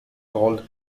called